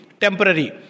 temporary